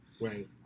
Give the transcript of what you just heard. Right